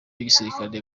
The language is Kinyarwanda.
n’igisirikare